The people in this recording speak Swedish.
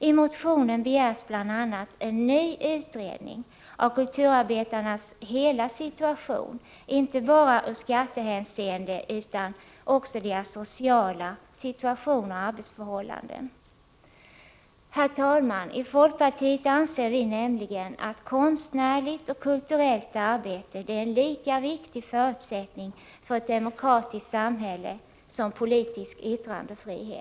I motionen begärs bl.a. en ny utredning av kulturarbetarnas hela situation, dvs. inte bara i skattehänseende utan också deras sociala situation och arbetsförhållanden. Herr talman! I folkpartiet anser vi att konstnärligt och kulturellt arbete är en lika viktig förutsättning för ett demokratiskt samhälle som politisk yttrandefrihet.